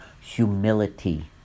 Humility